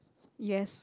yes